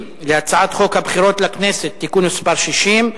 הצעת חוק למניעת העסקה של עברייני מין במוסדות מסוימים (תיקון מס' 7)